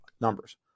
Numbers